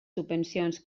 subvencions